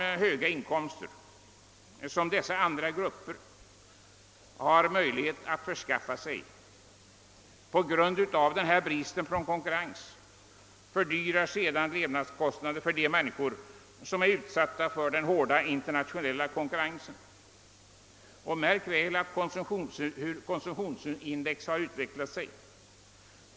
De höga inkomster som dessa andra grupper har möjlighet att förskaffa sig på grund av denna brist på konkurrens fördyrar sedan levnadskostnaderna för de människor som är utsatta för den hårda internationella konkurrensen. Märk väl hur konsumtionsindex har utvecklat sig!